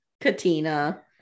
Katina